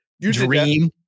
dream